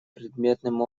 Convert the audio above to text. предметным